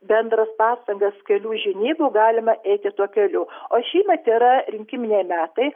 bendras pastangas kelių žinybų galima eiti tuo keliu o šįmet yra rinkiminiai metai